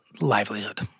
livelihood